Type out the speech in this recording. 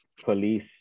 police